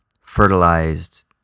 fertilized